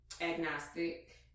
agnostic